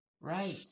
Right